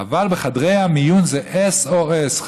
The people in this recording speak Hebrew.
אבל בחדרי המיון זה SOS,